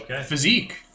physique